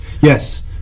yes